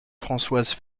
françoise